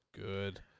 good